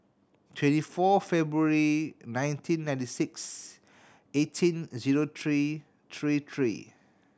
twenty four February nineteen ninety six eighteen zero three three three